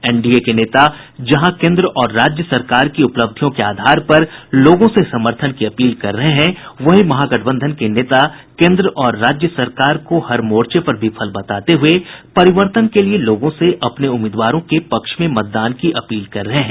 NDA के नेता जहां केन्द्र और राज्य सरकार की उपलब्धियों के आधार पर लोगों से समर्थन की अपील कर रहे हैं वहीं महागठबंधन के नेता केन्द्र और राज्य सरकार को हर मोर्चे पर विफल बताते हुए परिवर्तन के लिए लोगों से अपने उम्मीदवारों के पक्ष में मतदान की अपील कर रहे हैं